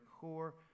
core